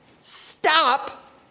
Stop